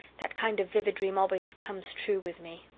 that kind of vivid dream always comes true with me.